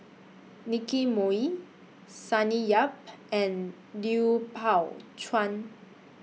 Nicky Moey Sonny Yap and Lui Pao Chuen